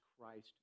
Christ